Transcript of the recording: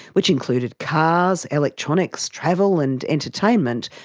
which included cars, electronics, travel and entertainment,